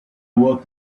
awoke